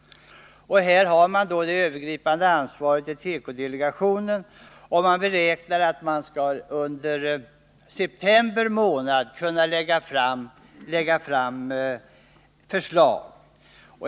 Tekodelegationen har det övergripande ansvaret. Man beräknar att man under september månad skall kunna lägga fram förslag.